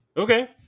Okay